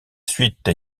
suite